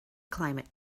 climate